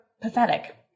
pathetic